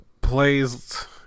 plays